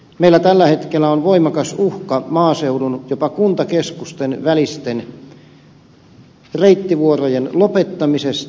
meillä tällä hetkellä on voimakas uhka maaseudun jopa kuntakeskusten välisten reittivuorojen lopettamisesta